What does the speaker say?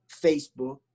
Facebook